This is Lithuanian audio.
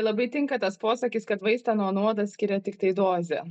labai tinka tas posakis kad vaistą nuo nuodo skiria tiktai dozė